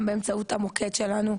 גם באמצעות המוקד שלנו,